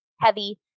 heavy